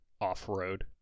off-road